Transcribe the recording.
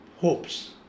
hopes